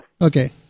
Okay